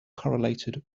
correlated